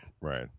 Right